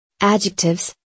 Adjectives